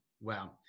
Wow